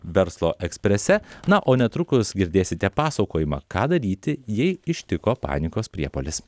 verslo eksprese na o netrukus girdėsite pasakojimą ką daryti jei ištiko panikos priepuolis